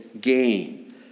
gain